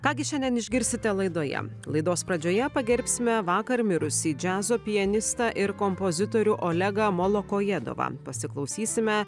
ką gi šiandien išgirsite laidoje laidos pradžioje pagerbsime vakar mirusį džiazo pianistą ir kompozitorių olegą molokojedovą pasiklausysime